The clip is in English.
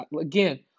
again